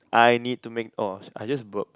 I need to make oh I just burped